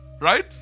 right